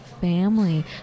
family